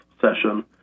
session